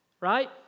right